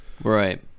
right